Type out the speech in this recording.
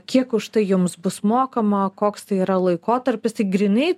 kiek už tai jums bus mokama koks tai yra laikotarpis tik grynai